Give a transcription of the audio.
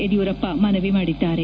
ಯಡಿಯೂರಪ್ಪ ಮನವಿ ಮಾಡಿದ್ದಾರೆ